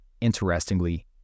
Interestingly